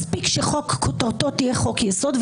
מספיק שכותרתו תהיה חוק-יסוד,